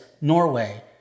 Norway